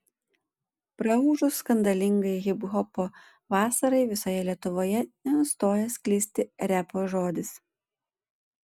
praūžus skandalingai hiphopo vasarai visoje lietuvoje nenustojo sklisti repo žodis